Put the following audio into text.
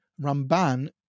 Ramban